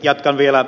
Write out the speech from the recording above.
jatkan vielä